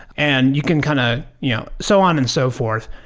and you can kind of you know so on and so forth.